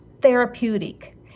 therapeutic